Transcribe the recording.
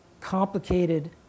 complicated